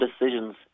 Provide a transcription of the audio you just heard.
decisions